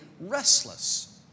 restless